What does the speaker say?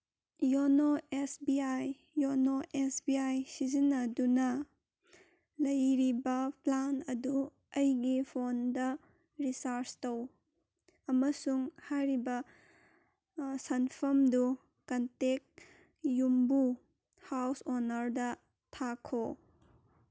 YONO S B I YONO S B I ꯁꯤꯖꯤꯟꯅꯗꯨꯅ ꯂꯩꯔꯤꯕ plan ꯑꯗꯨ ꯑꯩꯒꯤ ꯐꯣꯟꯗ ꯔꯤꯆꯥꯔꯖ ꯇꯧ ꯑꯃꯁꯨꯡ ꯍꯥꯏꯔꯤꯕ ꯁꯟꯐꯝꯗꯨ ꯀꯟꯇꯦꯛ ꯌꯨꯝꯕꯨ ꯍꯥꯎꯁ ꯑꯣꯅꯔꯗ ꯊꯥꯈꯣ